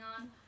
on